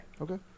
Okay